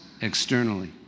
externally